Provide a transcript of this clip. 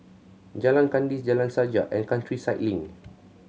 Jalan Kandis Jalan Sajak and Countryside Link